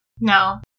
No